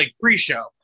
pre-show